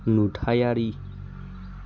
नुथायारि